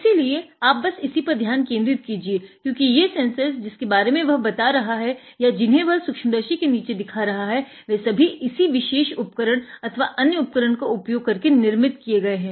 इसिलिए आप बस इसी पर ध्यान केन्द्रित कीजिये क्योंकि ये सेन्सर्स जिसके बारे में वह बता रहा है या जिन्हें वह सूक्ष्मदर्शी के नीचे दिखा रहा है वे सभी इसी विशेष उपकरण अथवा अन्य उपकरण का उपयोग करके निर्मित किये गये हैं